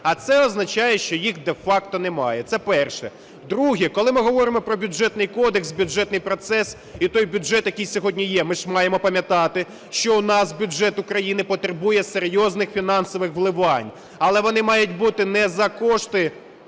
А це означає, що їх де-факто немає. Це перше. Друге. Коли ми говоримо про Бюджетний кодекс, бюджетний процес і той бюджет, який сьогодні є, ми ж маємо пам'ятати, що у нас бюджет України потребує серйозних фінансових вливань, але вони мають бути не за кошти